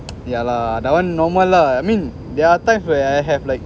yeah lah that one normal lah I mean there are times where I have like